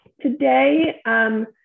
Today